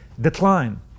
decline